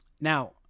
Now